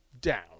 down